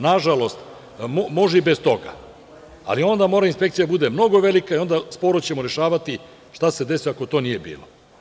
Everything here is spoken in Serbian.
Nažalost, može i bez toga, ali onda inspekcija mora da bude mnogo velika i onda ćemo sporo rešavati šta se desi ako to nije bilo.